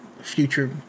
future